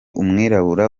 umwirabura